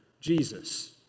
Jesus